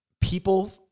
people